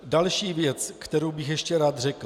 Další věc, kterou bych ještě rád řekl.